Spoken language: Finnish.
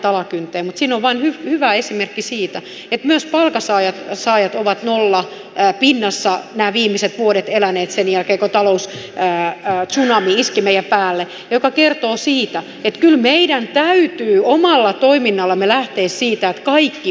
mutta siinä on vain hyvä esimerkki siitä että myös palkansaajat ovat nollan pinnassa nämä viimeiset vuodet eläneet sen jälkeen kun taloustsunami iski meidän päällemme ja se kertoo siitä että kyllä meidän täytyy omalla toiminnallamme lähteä siitä että kaikki osallistuvat